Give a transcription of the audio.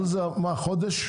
חודש?